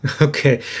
Okay